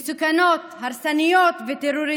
מסוכנות, הרסניות וטרוריסטיות.